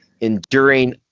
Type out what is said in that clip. enduring